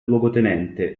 luogotenente